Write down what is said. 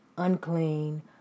unclean